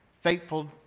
faithful